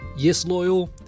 YesLoyal